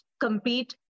compete